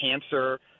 cancer